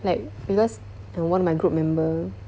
like because err one of my group member